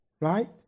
Right